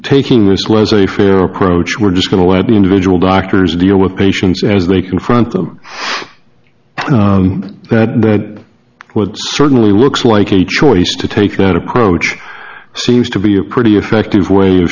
taking this was a fair approach we're just going to let the individual doctors deal with patients as they confront them that that would certainly looks like a choice to take that approach seems to be a pretty effective wa